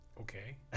Okay